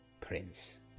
Prince